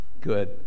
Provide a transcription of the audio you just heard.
Good